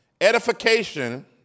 edification